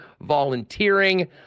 volunteering